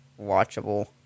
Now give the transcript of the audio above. watchable